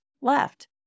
left